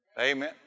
Amen